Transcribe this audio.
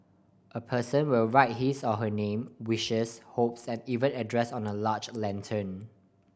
a person will write his or her name wishes hopes and even address on a large lantern